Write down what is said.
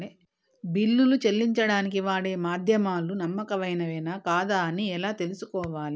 బిల్లులు చెల్లించడానికి వాడే మాధ్యమాలు నమ్మకమైనవేనా కాదా అని ఎలా తెలుసుకోవాలే?